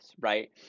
right